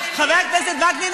חבר הכנסת וקנין,